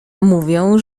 mówią